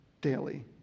daily